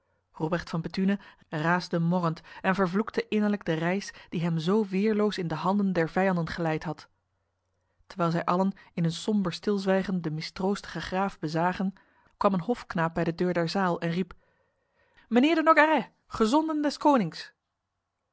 robrecht van bethune raasde morrend en vervloekte innerlijk de reis die hem zo weerloos in de handen der vijanden geleid had terwijl zij allen in een somber stilzwijgen de mistroostige graaf bezagen kwam een hofknaap bij de deur der zaal en riep mijnheer de nogaret gezonden des konings